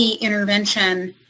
intervention